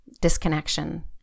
disconnection